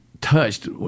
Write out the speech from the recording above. touched